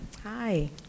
Hi